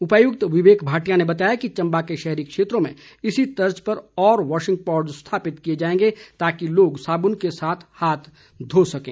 उपायुक्त विवेक भाटिया ने बताया कि चम्बा के शहरी क्षेत्रों में इसी तर्ज पर और वॉशिंग पॉड्स स्थापित किए जाएंगे ताकि लोग साबुन के साथ हाथ धो सकें